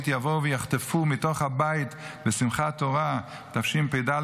יבואו ויחטפו מתוך הבית בשמחת תורה תשפ"ד,